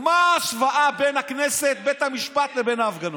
מה ההשוואה בין הכנסת, בית המשפט וההפגנות?